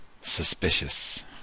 suspicious